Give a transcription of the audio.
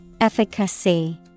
Efficacy